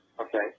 Okay